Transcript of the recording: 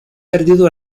perdido